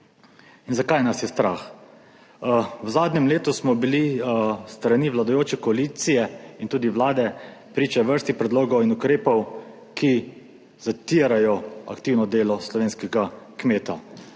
In zakaj nas je strah? V zadnjem letu smo bili s strani vladajoče koalicije in tudi Vlade priča vrsti predlogov in ukrepov, ki zatirajo aktivno delo slovenskega kmeta.